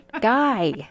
Guy